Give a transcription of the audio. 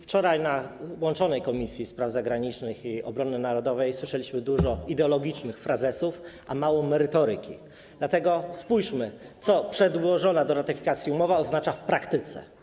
Wczoraj na połączonym posiedzeniu Komisji: Spraw Zagranicznych i Obrony Narodowej słyszeliśmy dużo ideologicznych frazesów, a mało merytoryki, dlatego spójrzmy, co przedłożona do ratyfikacji umowa oznacza w praktyce.